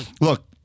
Look